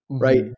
Right